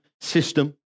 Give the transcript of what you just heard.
system